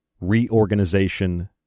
reorganization